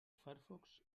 firefox